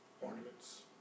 Ornaments